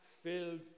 Filled